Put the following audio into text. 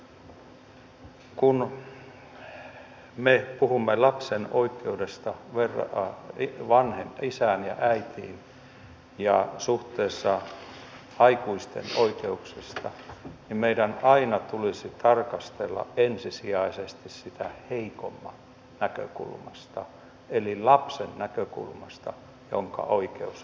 kun me puhumme lapsen oikeudesta verrataan isään ja äitiin ja suhteessa aikuisten oikeuksista niin meidän aina tulisi tarkastella ensisijaisesti sitä heikomman näkökulmasta eli lapsen näkökulmasta jonka oikeus on vahvempi